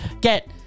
get